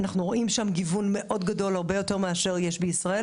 אנחנו רואים שם גיוון מאוד גדול הרבה יותר מאשר יש בישראל.